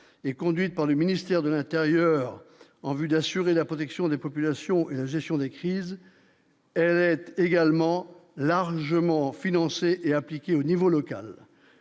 et conduite par le ministère de l'Intérieur en vue d'assurer la protection des populations et la gestion des crises, elle était également largement financé et appliqué au niveau local